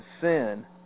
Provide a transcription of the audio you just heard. sin